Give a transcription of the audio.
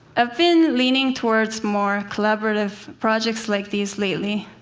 i've been leaning towards more collaborative projects like these, lately.